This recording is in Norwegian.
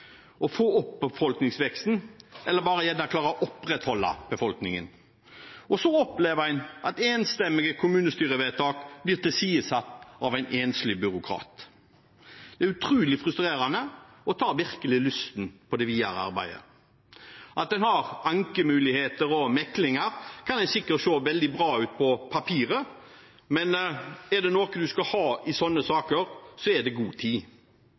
å skape gode oppvekstvilkår, å få opp befolkningsveksten eller bare å klare å opprettholde befolkningstallet. Så opplever man at enstemmige kommunestyrevedtak blir tilsidesatt av en enslig byråkrat. Det er utrolig frustrerende og tar virkelig lysten fra en i det videre arbeidet. At man har ankemuligheter og mekling, kan sikkert se veldig bra ut på papiret, men er det noe man skal ha i slike saker, så er det god tid.